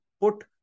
put